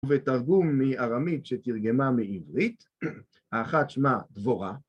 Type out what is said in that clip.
ותרגום מארמית שתרגמה מעברית, האחת שמה דבורה...